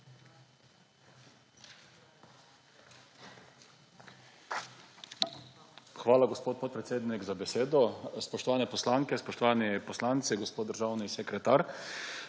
Hvala, gospod podpredsednik, za besedo. Spoštovane poslanke, spoštovani poslanci, gospod državni sekretar!